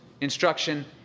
instruction